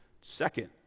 Second